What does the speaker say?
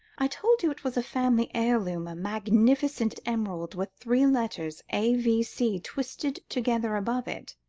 i told you it was a family heirloom, a magnificent emerald with three letters a v c. twisted together above it.